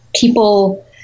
people